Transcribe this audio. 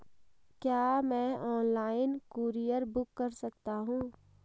क्या मैं online courier book कर सकता हूँ?